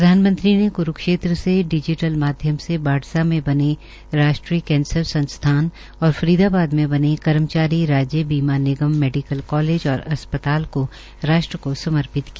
प्रधानमंत्री ने क़रूक्षेत्र से डिजीटल माध्यम से बा सा में बने राष्ट्रीय कैंसर संस्थान और फरीदाबाद में बने कर्मचारी राज्य बीमा निगम मैडीकल कालेज और अस्पताल को राष्ट्र को समर्पित किया